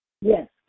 Yes